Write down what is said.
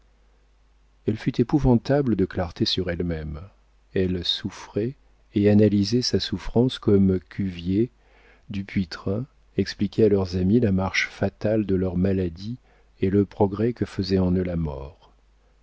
elle fut épouvantable de clarté sur elle-même elle souffrait et analysait sa souffrance comme cuvier dupuytren expliquaient à leurs amis la marche fatale de leur maladie et le progrès que faisait en eux la mort